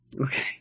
Okay